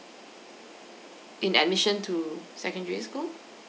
in admission to secondary school